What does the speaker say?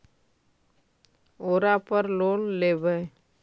ओरापर लोन लेवै?